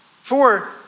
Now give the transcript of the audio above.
Four